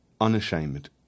unashamed